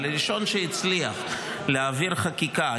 אבל הראשון שהצליח להעביר חקיקה,